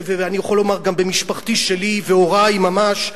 ואני יכול לומר גם במשפחתי שלי והורי ממש,